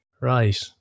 Right